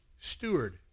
steward